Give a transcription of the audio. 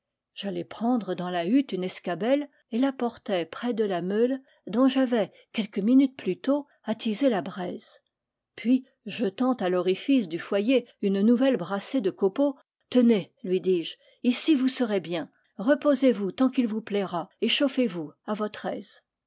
j'allai prendre dans la hutte une escabelle et la portai près de la meule dont j'avais quelques minutes plus tôt attisé la braise puis jetant à l'orifice du foyer une nouvelle brassée de copeaux tenez lui dis-je ici vous serez bien reposez-vous tant qu'il vous plaira et chauffez-vous à votre aise